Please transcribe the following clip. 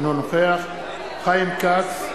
אינו נוכח חיים כץ,